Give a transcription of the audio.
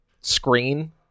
screen